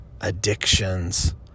addictions